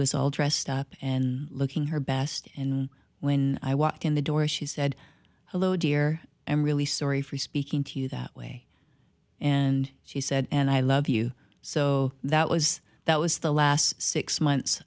was all dressed up and looking her best and when i walked in the door she said hello dear i'm really sorry for speaking to you that way and she said and i love you so that was that was the last six months